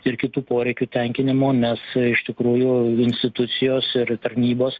ir kitų poreikių tenkinimo nes iš tikrųjų institucijos ir tarnybos